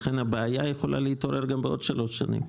לכן הבעיה יכולה להתעורר גם בעוד 3 שנים.